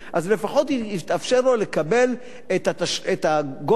אז לפחות יתאפשר לו לקבל את הגובה